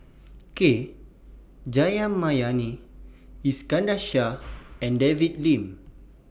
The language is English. K Jayamani Iskandar Shah and David Lim